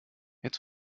jetzt